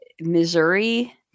Missouri